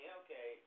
okay